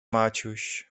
maciuś